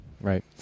right